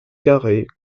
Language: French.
carrée